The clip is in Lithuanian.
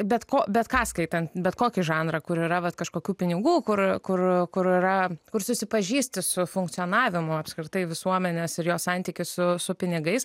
bet ko bet ką skaitant bet kokį žanrą kur yra vat kažkokių pinigų kur kur kur yra kur susipažįsti su funkcionavimu apskritai visuomenės ir jos santykį su su pinigais